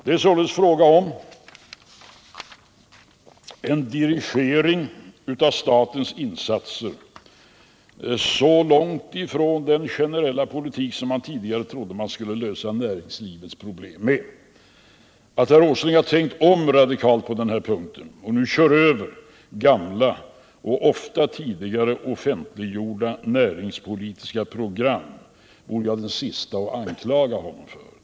Det är således fråga om en dirigering av statens insatser — långt ifrån den generella politik som man tidigare trodde man skulle lösa näringslivets problem med. Att herr Åsling har tänkt om radikalt och nu kör över gamla och ofta tidigare offentliggjorda näringspolitiska program vore jag den siste att anklaga honom för.